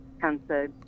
cancer